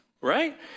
Right